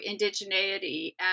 indigeneity